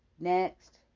Next